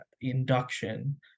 induction